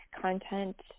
content